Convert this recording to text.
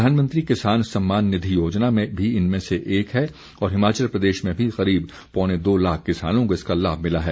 प्रधानमंत्री किसान सम्मान निधि योजना भी इनमें से एक है और हिमाचल प्रदेश में भी करीब पौने नौ लाख किसानों को इसका लाभ मिला है